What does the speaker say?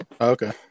okay